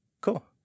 cool